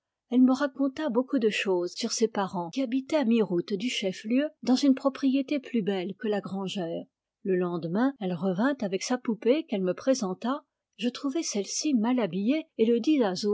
elle me raconta beaucoup de choses sur ses parents qui habitaient à mi route du chef lieu dans une propriété plus belle que la grangère le lendemain elle revint avec sa poupée qu'elle me présenta je trouvai celle-ci mal habillée et le dis